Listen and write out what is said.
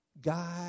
God